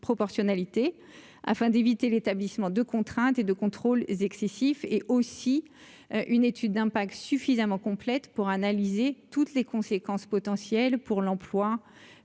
proportionnalité afin d'éviter l'établissement de contraintes et de contrôles excessifs et aussi une étude d'impact suffisamment complète pour analyser toutes les conséquences potentielles pour l'emploi